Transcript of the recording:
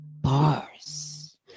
bars